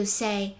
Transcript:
say